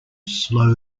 slow